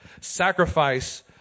sacrifice